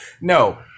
No